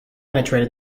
penetrate